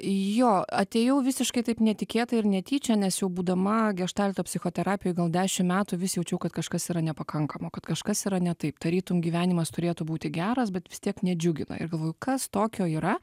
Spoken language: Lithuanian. jo atėjau visiškai taip netikėtai ir netyčia nes jau būdama geštalto psichoterapijoj gal dešim metų vis jaučiau kad kažkas yra nepakankama kad kažkas yra ne taip tarytum gyvenimas turėtų būti geras bet vis tiek nedžiugina ir galvoju kas tokio yra